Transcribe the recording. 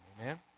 amen